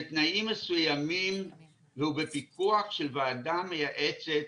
בתנאים מסוימים ובפיקוח של ועדה מייעצת